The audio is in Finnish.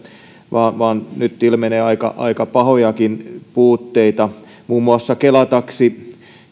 vaan vaan nyt ilmenee aika aika pahojakin puutteita muun muassa kela taksi